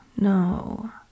no